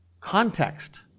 Context